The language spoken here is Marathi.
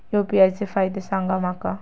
यू.पी.आय चे फायदे सांगा माका?